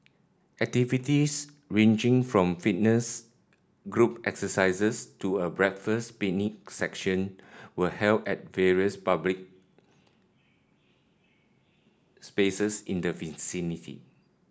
activities ranging from fitness group exercises to a breakfast picnic session were held at various public spaces in the vicinity